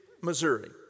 Missouri